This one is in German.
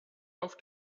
auf